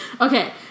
Okay